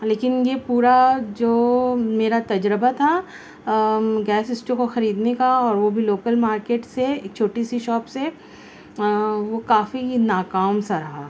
لیکن یہ پورا جو میرا تجربہ تھا گیس اسٹو کو خرید نے کا اور وہ بھی لوکل مارکیٹ سے چھوٹی سی شاپ سے وہ کافی ناکام سا رہا